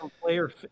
Player